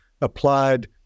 applied